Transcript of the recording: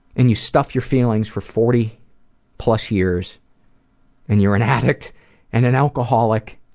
and you stuff your feelings for forty plus years and you're an addict and an alcoholic.